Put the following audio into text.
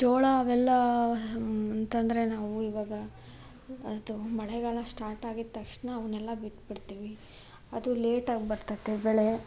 ಜೋಳ ಅವೆಲ್ಲ ಅಂತಂದರೆ ನಾವು ಇವಾಗ ಅದು ಮಳೆಗಾಲ ಸ್ಟಾರ್ಟ್ ಆಗಿದ ತಕ್ಷಣ ಅವನ್ನೆಲ್ಲ ಬಿತ್ಬಿಡ್ತೀವಿ ಅದು ಲೇಟಾಗಿ ಬರ್ತೈತೆ ಬೆಳೆ